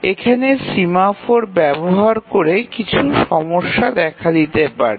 এখানে সিমাফোর ব্যবহার করে কিছু সমস্যা দেখা দিতে পারে